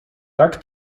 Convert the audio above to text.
tak